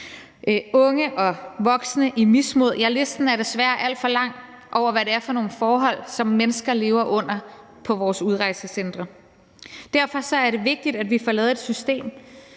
unge og voksne i mismod, ja, listen over, hvad det er for nogle forhold, som mennesker lever under på vores udrejsecentre, er desværre alt for lang. Derfor er det vigtigt, at vi får lavet et system,